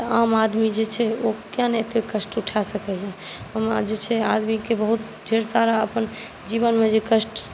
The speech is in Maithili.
तऽ आम आदमी जे छै ओ कियाक नहि एतेक कष्ट उठाए सकैए ओना जे छै आदमीकेँ बहुत ढेर सारा अपन जीवनमे जे कष्ट